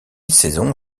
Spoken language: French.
saison